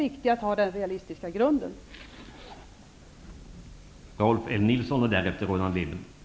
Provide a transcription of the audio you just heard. Att ha den realistiska grunden är det viktiga.